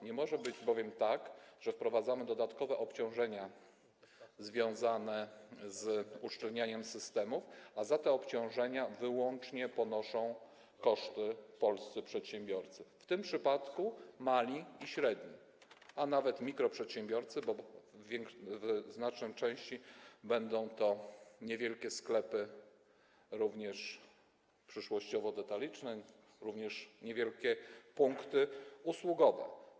Nie może być bowiem tak, że wprowadzamy dodatkowe obciążenia związane z uszczelnianiem systemów, a koszty tych obciążeń ponoszą wyłącznie polscy przedsiębiorcy - w tym przypadku mali i średni, a nawet mikroprzedsiębiorcy, bo w znacznej części będą to niewielkie sklepy, przyszłościowo detaliczne, również niewielkie punkty usługowe.